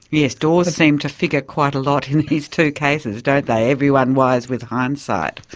yes, doors seem to figure quite a lot in these two cases, don't they? everyone wise with hindsight.